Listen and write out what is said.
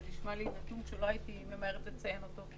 זה מספר שלא הייתי ממהרת לציין אותו.